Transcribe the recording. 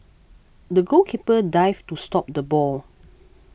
the goalkeeper dived to stop the ball